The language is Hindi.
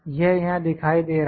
यह यहां दिखाई दे रहा है